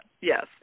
yes